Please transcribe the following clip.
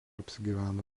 apsigyveno